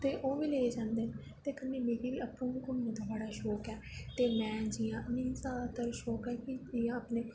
ते ओह् बी लेइयै जंदे न मिगी बी घूमनें दा बड़ा शौंक ऐ त् में मिगी जादातर शौंक ऐ कि धार्मिक